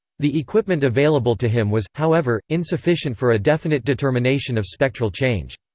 the equipment available to him was, however, insufficient for a definite determination of spectral change.